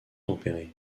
tempérées